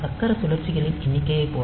சக்கர சுழற்சிகளின் எண்ணிக்கைகளைப் போல